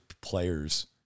players